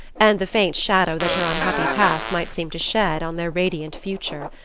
and the faint shadow that her unhappy past might seem to shed on their radiant future.